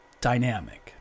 dynamic